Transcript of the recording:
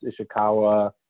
Ishikawa